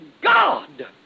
God